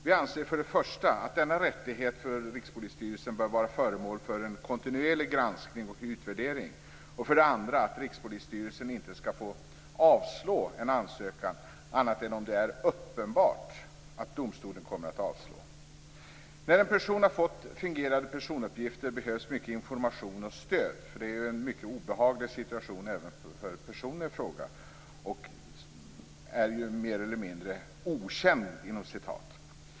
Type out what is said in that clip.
Vi anser för det första att denna rättighet för Rikspolisstyrelsen bör vara föremål för en kontinuerlig granskning och utvärdering och för det andra att Rikspolisstyrelsen inte skall få avslå en ansökan annat om det är uppenbart att domstolen kommer att avslå. När en person har fått fingerade personuppgifter behövs mycket information och stöd. Det är ju en mycket obehaglig situation även för personen i fråga som ju är mer eller mindre "okänd".